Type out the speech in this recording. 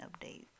update